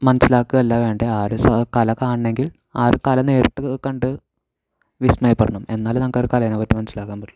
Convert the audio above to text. മനസ്സിലാക്കുകയല്ല വേണ്ടത് ആ ഒരു കല കാണണമെങ്കിൽ ആ ഒരു കല നേരിട്ട് കണ്ട് വിസ്മയപ്പെടണം എന്നാലേ നമുക്കൊരു കലയേനെ പറ്റി മനസ്സിലാക്കാൻ പറ്റുള്ളൂ